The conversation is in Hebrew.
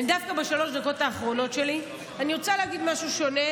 דווקא בשלוש הדקות האחרונות שלי אני רוצה להגיד משהו שונה,